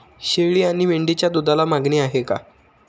शेळी आणि मेंढीच्या दूधाला मागणी आहे का?